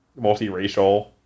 multiracial